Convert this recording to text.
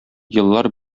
еллар